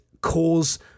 cause